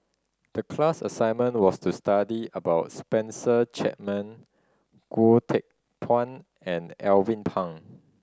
the class assignment was to study about Spencer Chapman Goh Teck Phuan and Alvin Pang